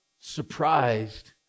surprised